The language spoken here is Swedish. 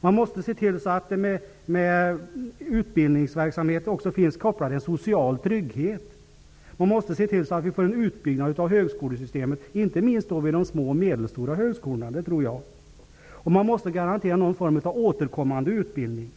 Vi måste se till att det finns en social trygghet kopplad till utbildningsverksamheten. Vi måste se till att vi får en utbyggnad av högskolesystemet, inte minst vid de små och medelstora högskolorna. Det tror jag. Vi måste garantera någon form av återkommande utbildning.